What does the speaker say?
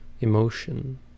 Emotion